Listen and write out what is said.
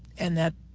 and that